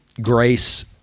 Grace